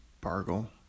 Bargle